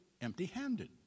empty-handed